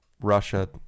Russia